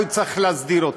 היה צריך להסדיר אותן.